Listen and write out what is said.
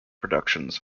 productions